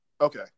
Okay